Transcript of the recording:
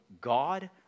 God